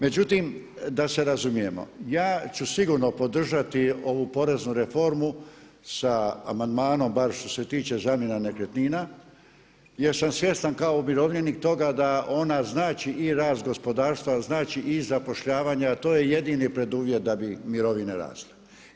Međutim, da se razumijemo ja ću sigurno podržati ovu poreznu reformu sa amandmanom bar što se tiče zamjena nekretnina jer sam svjestan kao umirovljenik toga da ona znači i rast gospodarstva, znači i zapošljavanje a to jedini preduvjet da bi mirovine raste.